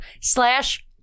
slash